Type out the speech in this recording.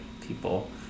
people